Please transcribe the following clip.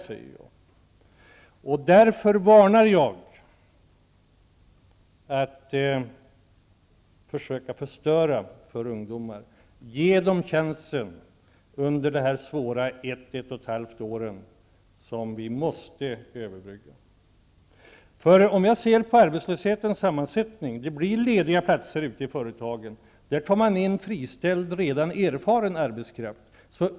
Därför varnar jag för att man skall försöka förstöra för ungdomar. Ge dem chansen under dessa svåra ett till ett och ett halvt år, som vi måste överbrygga. Arbetslöshetens sammansätting är sådan att man när det blir lediga platser ute i företagen tar in friställd, redan erfaren arbetskraft.